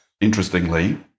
interestingly